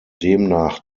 demnach